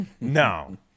no